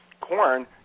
Corn